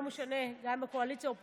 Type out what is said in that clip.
לא משנה אם מהקואליציה או מהאופוזיציה,